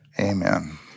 amen